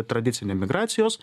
tradicinė migracijos